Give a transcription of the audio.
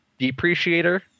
depreciator